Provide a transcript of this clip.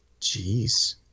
Jeez